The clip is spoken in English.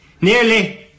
Nearly